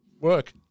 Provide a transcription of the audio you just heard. work